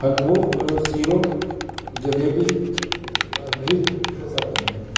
हलवो सीरो जलेबी